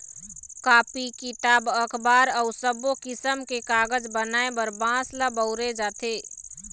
copy, किताब, अखबार अउ सब्बो किसम के कागज बनाए बर बांस ल बउरे जाथे